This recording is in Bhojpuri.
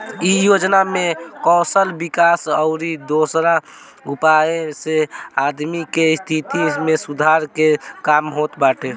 इ योजना में कौशल विकास अउरी दोसरा उपाय से आदमी के स्थिति में सुधार के काम होत बाटे